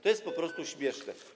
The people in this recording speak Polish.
To jest po prostu śmieszne.